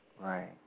Right